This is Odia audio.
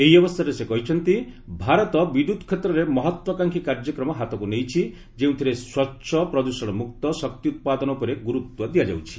ଏହି ଅବସରରେ ସେ କହିଛନ୍ତି ଭାରତ ବିଦ୍ୟୁତ୍ କ୍ଷେତ୍ରରେ ମହତ୍ତ୍ୱାକାଂକ୍ଷୀ କାର୍ଯ୍ୟକ୍ରମ ହାତକୁ ନେଇଛି ଯେଉଁଥିରେ ସ୍ୱଚ୍ଚ ପ୍ରଦୂଷଣମୁକ୍ତ ଶକ୍ତି ଉତ୍ପାଦନ ଉପରେ ଗୁରୁତ୍ୱ ଦିଆଯାଉଛି